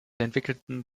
entwickelten